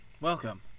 welcome